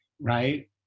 right